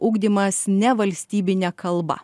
ugdymas nevalstybine kalba